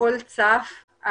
הכול צף,